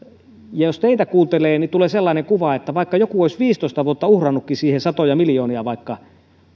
jos teitä kuuntelee niin tulee sellainen kuva että vaikka joku olisi viisitoista vuotta uhrannutkin siihen vaikka satoja miljoonia